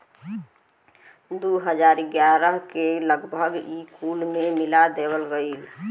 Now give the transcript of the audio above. दू हज़ार ग्यारह के लगभग ई कुल के मिला देवल गएल